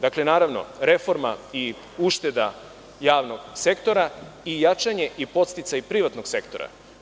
Dakle, reforma i ušteda javnog sektora i jačanje i podsticaj privatnog sektora.